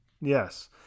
Yes